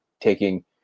taking